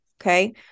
okay